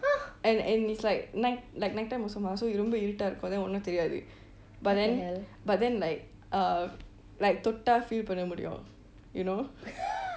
and and it's like night like night time also mah so ரொம்ப இருட்டாயிருக்கும்:romba erutairukum then ஒன்னும் தெரியாது:onlum teriyaatu but then but then like uh like தொட்டாள்:tottaal feel பண்ண முடியும்:panna mutiyum you know